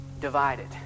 divided